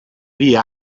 dia